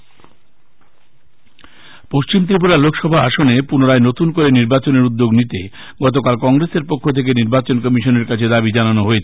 কংগ্রেস পশ্চিম ত্রিপুরা লোকসভা আসনে পুনরায় নতুন করে নির্বাচনের উদ্যোগ নিতে গতকাল কংগ্রেসের পক্ষ থেকে নির্বাচন কমিশনের কাছে দাবি জানানো হয়েছে